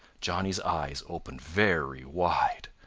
johnny's eyes opened very wide.